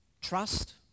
trust